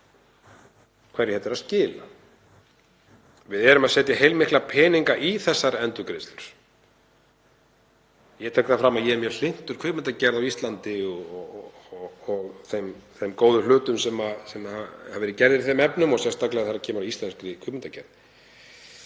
hverju þetta er að skila? Við erum að setja heilmikla peninga í þessar endurgreiðslur. Ég tek fram að ég er mjög hlynntur kvikmyndagerð á Íslandi, þeim góðu hlutum sem hafa verið gerðir í þeim efnum og sérstaklega þegar kemur að íslenskri kvikmyndagerð.